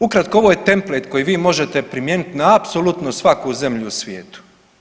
Ukratko ovo je template koji vi možete primijeniti na apsolutno svaku zemlju na svijetu.